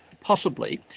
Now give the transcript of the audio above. possibly.